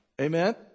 Amen